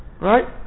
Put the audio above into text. Right